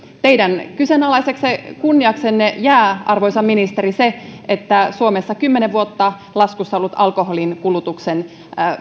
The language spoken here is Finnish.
teidän kyseenalaiseksi kunniaksenne jää arvoisa ministeri se että suomessa kymmenen vuotta laskussa ollut alkoholin kulutuksen